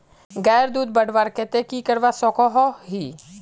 गायेर दूध बढ़वार केते की करवा सकोहो ही?